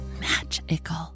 magical